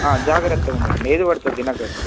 జాగ్రత్తగా ఉండండి ఏది పడితే అది తినకండి